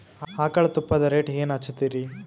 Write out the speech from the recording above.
ಆಕಳ ತುಪ್ಪದ ರೇಟ್ ಏನ ಹಚ್ಚತೀರಿ?